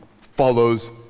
follows